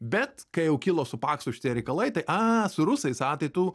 bet kai jau kilo su paksu šitie reikalai tai a su rusais a tai tu